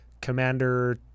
Commander